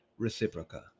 Reciproca